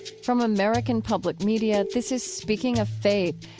from american public media, this is speaking of faith,